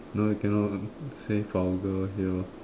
no we cannot say vulgar here